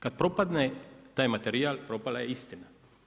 Kada propadne taj materijal, propala je istina.